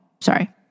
Sorry